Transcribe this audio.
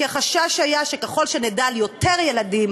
כי החשש היה שככל שנדע על יותר ילדים